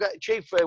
chief